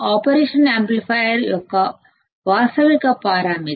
operational amplifier యొక్క వాస్తవిక పారామితి